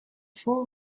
four